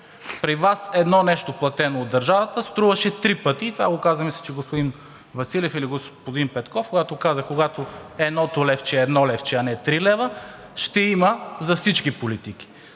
При Вас едно нещо, платено от държавата, струваше три пъти и това мисля, че го каза господин Василев или господин Петков: „Когато едното левче е едно левче, а не три лева, ще има за всички политики.“